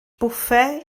bwffe